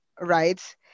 right